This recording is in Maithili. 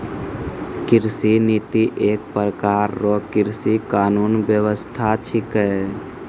कृषि नीति एक प्रकार रो कृषि कानून व्यबस्था छिकै